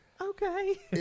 Okay